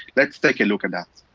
let's take a look at that.